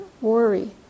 worry